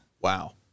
Wow